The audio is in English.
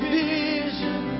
vision